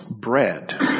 bread